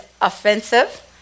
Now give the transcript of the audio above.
offensive